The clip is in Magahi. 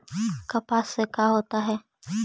कपास से का होता है?